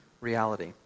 reality